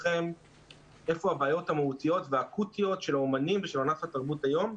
היכן הבעיות המהותיות והאקוטיות של האומנים ושל ענף התרבות היום,